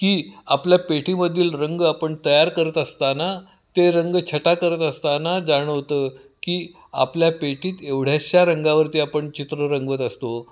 की आपल्या पेटीमधील रंग आपण तयार करत असताना ते रंगछटा करत असताना जाणवतं की आपल्या पेटीत एवढ्याचशा रंगावरती आपण चित्र रंगत असतो